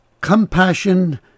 compassion